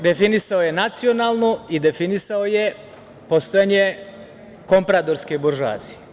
Definisao je nacionalnu i definisao je postojanje kompradorske buržoazije.